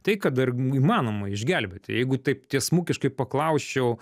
tai ką dar įmanoma išgelbėti jeigu taip tiesmukiškai paklausčiau